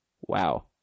Wow